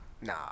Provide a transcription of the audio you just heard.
Nah